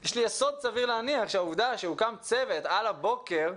יש לי יסוד סביר להניח שהעובדה שהוקם צוות על הבוקר,